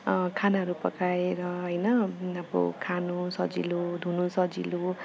खानाहरू पकाएर होइन अब खानु सजिलो धुनु सजिलो